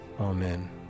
Amen